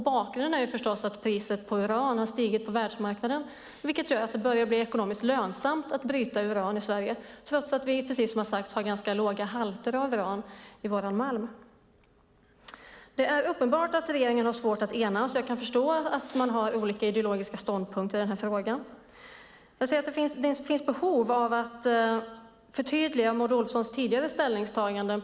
Bakgrunden är förstås att priset på uran har stigit på världsmarknaden, vilket gör att det börjar bli ekonomiskt lönsamt att bryta uran i Sverige, trots att vi, precis som har sagts, har ganska låga halter av uran i vår malm. Det är uppenbart att regeringen har svårt att enas. Jag kan förstå att man har olika ideologiska ståndpunkter i denna fråga. Det finns behov av att förtydliga Maud Olofssons tidigare ställningstaganden.